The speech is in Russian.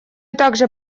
также